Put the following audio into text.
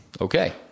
okay